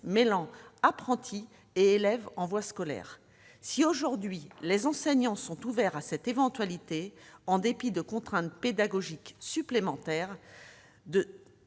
mêlant apprentis et élèves en voie scolaire. Si aujourd'hui les enseignants sont ouverts à cette éventualité en dépit de contraintes pédagogiques supplémentaires,